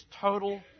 total